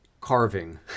Carving